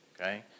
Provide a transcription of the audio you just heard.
okay